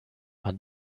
but